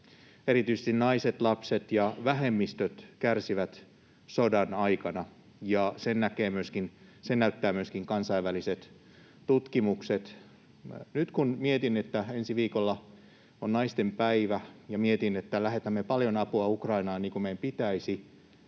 erityisesti naiset, lapset ja vähemmistöt kärsivät sodan aikana, ja sen näyttävät myöskin kansainväliset tutkimukset. Nyt kun mietin, että ensi viikolla on naistenpäivä, ja mietin, että lähetämme paljon apua Ukrainaan, niin kuin meidän pitäisikin,